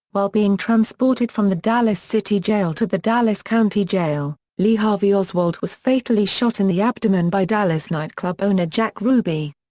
while being transported from the dallas city jail to the dallas county jail, lee harvey oswald was fatally shot in the abdomen by dallas nightclub owner jack ruby.